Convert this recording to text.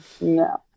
No